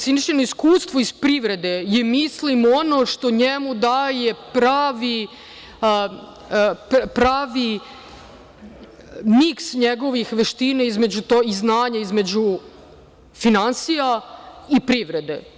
Sinišino iskustvo iz privrede je, mislim, ono što njemu daje pravi miks njegovih veština i znanja između finansija i privrede.